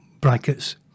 brackets